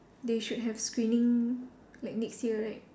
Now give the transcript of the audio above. they should have screening like next year right